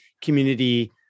community